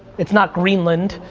it's not greenland,